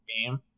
game